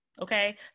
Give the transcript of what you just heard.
okay